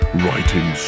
writing